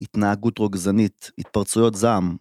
התנהגות רוגזנית, התפרצויות זעם